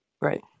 Right